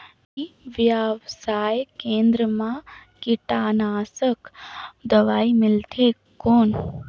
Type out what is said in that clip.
ई व्यवसाय केंद्र मा कीटनाशक दवाई मिलथे कौन?